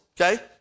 okay